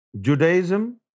Judaism